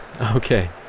Okay